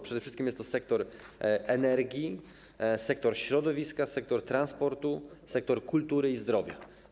Przede wszystkim jest to sektor energii, sektor środowiska, sektor transportu, sektor kultury i zdrowia.